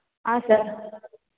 ಹಾಂ ಸರ್